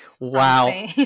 wow